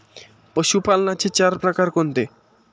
पशुपालनाचे चार प्रकार कोणते?